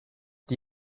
die